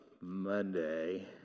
Monday